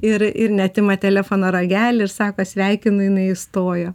ir ir net ima telefono ragelį ir sako sveikinu jinai įstojo